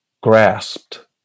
grasped